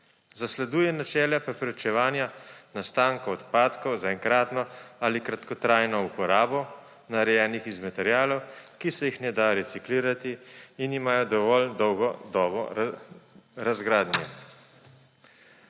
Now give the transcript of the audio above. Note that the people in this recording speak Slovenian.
Zasleduje načela preprečevanja nastankov odpadkov za enkratno ali kratkotrajno uporabo, narejenih iz materialov, ki se jih ne da reciklirati in imajo dovolj dolgo dobo razgradnje.